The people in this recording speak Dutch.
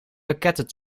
pakketten